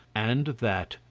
and that,